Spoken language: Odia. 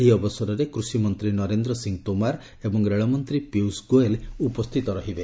ଏହି ଅବସରରେ କୃଷିମନ୍ତ୍ରୀ ନରେନ୍ଦ୍ର ସିଂହ ତୋମାର ଏବଂ ରେଳମନ୍ତ୍ରୀ ପିୟୁଷ ଗୋୟଲ୍ ଉପସ୍ଥିତ ରହିବେ